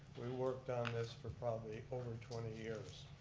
we worked on this for probably over twenty years.